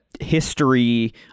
history